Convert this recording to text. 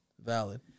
Valid